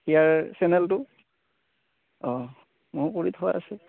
ইয়াৰ চেনেলটো অ মইও কৰি থোৱা আছে